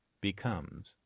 becomes